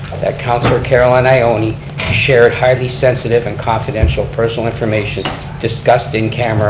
that councilor carolynn ioannoni shared highly sensitive and confidential personal information discussed in camera